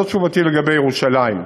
זאת תשובתי לגבי ירושלים.